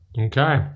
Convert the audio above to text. Okay